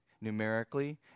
numerically